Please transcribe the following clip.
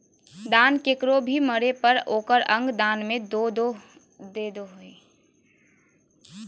दान केकरो भी मरे पर ओकर अंग दान में दे दो हइ